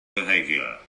behavior